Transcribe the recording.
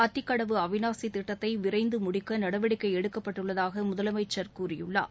அத்திக்கடவு அவினாசிதிட்டத்தைவிரைந்துமுடிக்கநடவடிக்கைஎடுக்கப்பட்டுள்ளதாகமுதலமைச்சர் கூறியுள்ளார்